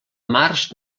març